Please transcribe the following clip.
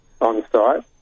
on-site